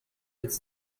its